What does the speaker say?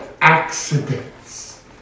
accidents